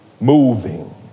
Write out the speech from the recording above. moving